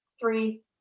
Three